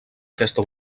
aquesta